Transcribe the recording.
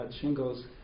shingles